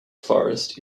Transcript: forest